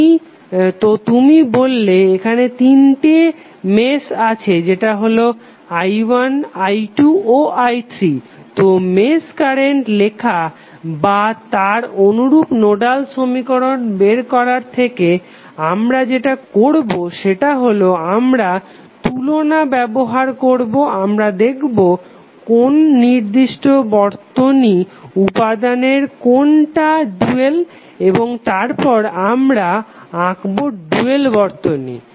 তো তুমি বললে এখানে তিনটি মেশ আছে যেটা হলো i1 i2 ও i3 তো মেশ কারেন্ট লেখা বা তার অনুরূপ নোডাল সমীকরণ বের করার থেকে আমরা যেটা করবো সেটা হলো আমরা তুলনা ব্যবহার করবো আমরা দেখবো কোন নির্দিষ্ট বর্তনী উপাদানের কোনটা ডুয়াল এবং তারপর আমরা আঁকবো ডুয়াল বর্তনী